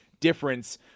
difference